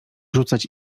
rzucać